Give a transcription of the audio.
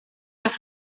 las